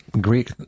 Greek